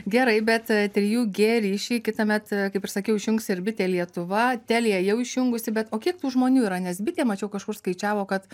gerai bet trijų gie ryšį kitąmet kaip ir sakiau išjungs ir bitė lietuva telia jau išjungusi bet o kiek tų žmonių yra nes bitė mačiau kažkur skaičiavo kad